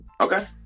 Okay